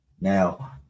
now